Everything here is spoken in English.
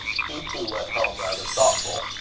hugh too went home, rather thoughtful.